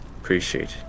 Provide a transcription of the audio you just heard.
appreciate